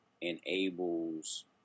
enables